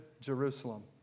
Jerusalem